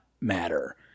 matter